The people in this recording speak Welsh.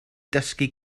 dysgu